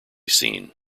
seen